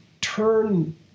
turn